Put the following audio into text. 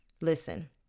Listen